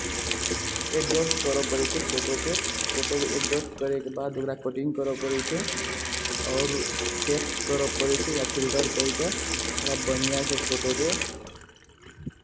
adjust करय पड़ै छै फोटोके फोटोके एडजस्ट करयके बाद ओकरा कटिंग करय पड़ै छै आओर टैक्स्ट करय पड़ै छै या फिलटर करि कऽ ओकरा बढ़िआँसँ फोटोके